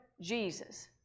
Jesus